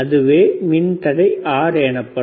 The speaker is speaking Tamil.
அதுவே மின்தடை R எனப்படும்